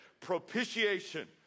Propitiation